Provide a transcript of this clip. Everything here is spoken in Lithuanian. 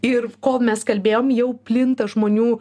ir kol mes kalbėjom jau plinta žmonių